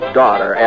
daughter